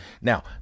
Now